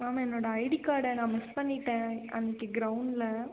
ma'am என்னுடைய ID கார்டை நான் மிஸ் பண்ணிவிட்டேன் அன்னிக்கு க்ரௌண்ட்டில்